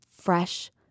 fresh